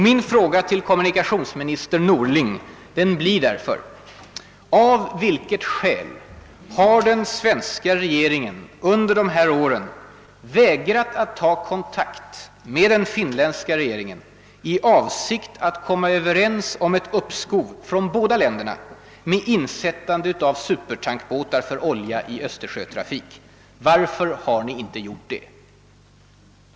Min fråga till kommunikationsminister Norling blir därför: Av vilket skäl har den svenska regeringen under dessa år vägrat att ta kontakt med den finländska regeringen i avsikt att komma överens om ett uppskov från båda länderna med insättande av supertankbåtar för olja i Östersjötrafik? Varför har ni inte tagit denna kontakt?